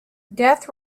death